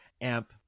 amp